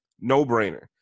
No-brainer